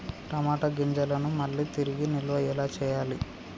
టమాట గింజలను మళ్ళీ తిరిగి నిల్వ ఎలా చేయాలి?